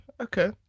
okay